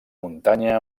muntanya